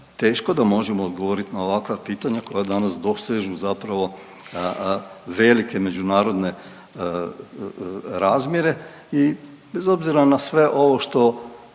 teško da možemo odgovorit na ovakva pitanja koja danas dosežu velike međunarodne razmjere i bez obzira na sve ovo što